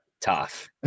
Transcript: tough